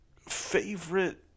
favorite